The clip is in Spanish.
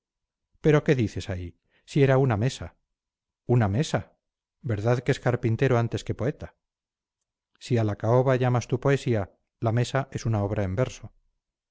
pero qué dices ahí si era una mesa una mesa verdad que es carpintero antes que poeta si a la caoba llamas tú poesía la mesa es una obra en verso